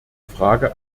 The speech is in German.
frage